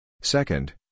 Second